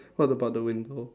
what about the window